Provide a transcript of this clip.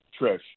Trish